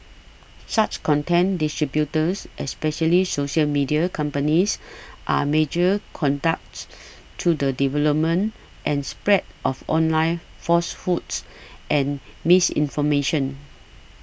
such content distributors especially social media companies are major conduits to the development and spread of online falsehoods and misinformation